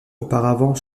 auparavant